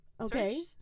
Okay